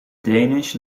danish